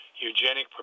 eugenic